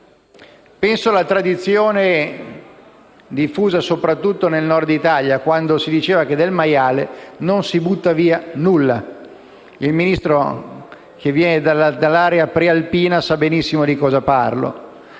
Secondo una tradizione, diffusa soprattutto nel Nord Italia, del maiale, per esempio, non si butta via nulla. Il Ministro, che viene dall'area prealpina, sa benissimo di cosa parlo.